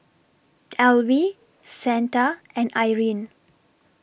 Elvie Santa and Irene